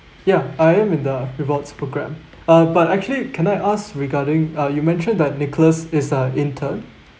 ya I am in the rewards program uh but actually can I ask regarding uh you mentioned that nicholas is a intern